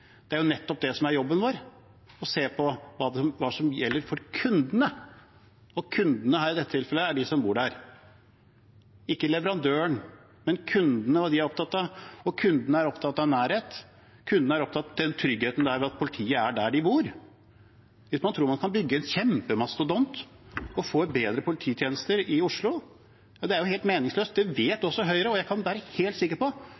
Det er jo nettopp det som er jobben vår – å se på hva som gjelder for kundene. Kundene er i dette tilfellet de som bor der. Det er ikke leverandøren, men kundene og hva de er opptatt av. Kundene er opptatt av nærhet. Kundene er opptatt av den tryggheten det er at politiet er der de bor. Hvis man tror man kan bygge en kjempemastodont og få bedre polititjenester i Oslo, er det helt meningsløst. Det vet også Høyre, og jeg kan være helt sikker på